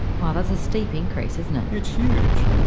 wow, that's a steep increase, isn't it. it's huge!